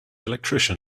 electrician